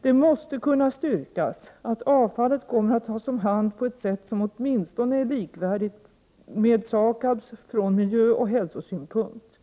Det måste kunna styrkas att avfallet kommer att tas om hand på ett sätt som åtminstone är likvärdigt med SAKAB:s från miljöoch hälsosynpunkt.